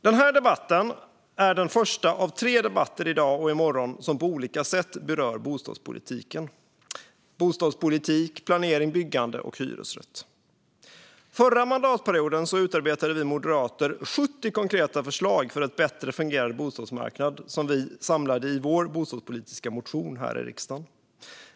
Den här debatten är den första av tre debatter i dag och i morgon som på olika sätt berör bostadspolitiken: bostadspolitik, planering och byggande samt hyresrätt. Förra mandatperioden utarbetade vi moderater 70 konkreta förslag för en bättre fungerande bostadsmarknad som vi samlade i vår bostadspolitiska motion här i riksdagen.